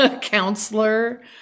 counselor